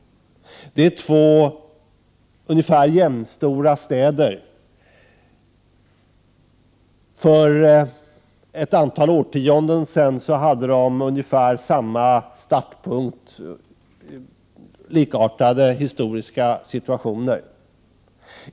För ett antal årtionden sedan var situationen i dessa två ganska jämnstora städer ungefär likartad.